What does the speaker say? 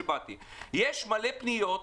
מלא פניות,